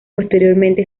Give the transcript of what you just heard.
posteriormente